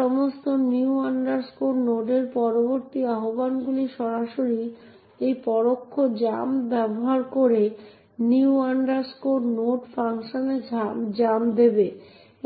সমস্ত new node এর পরবর্তী আহ্বানগুলি সরাসরি এই পরোক্ষ লাফ ব্যবহার করে new node ফাংশনে ঝাঁপ দেবে